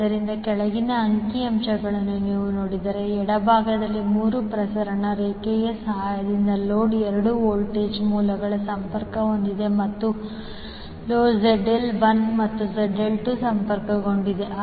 ಆದ್ದರಿಂದ ಕೆಳಗಿನ ಅಂಕಿ ಅಂಶವನ್ನು ನೀವು ನೋಡಿದರೆ ಎಡಭಾಗದಲ್ಲಿ 3 ಪ್ರಸರಣ ರೇಖೆಗಳ ಸಹಾಯದಿಂದ ಲೋಡ್ಗೆ 2 ವೋಲ್ಟೇಜ್ ಮೂಲಗಳು ಸಂಪರ್ಕಗೊಂಡಿವೆ ಮತ್ತು ಲೋಡ್ ZL1 ಮತ್ತು ZL2ಸಂಪರ್ಕಗೊಂಡಿವೆ